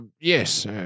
yes